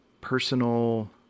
personal